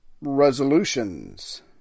resolutions